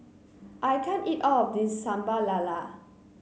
I can't eat all of this Sambal Lala